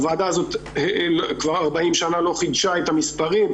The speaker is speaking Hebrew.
הוועדה הזאת כבר 40 שנה לא חידשה את המספרים,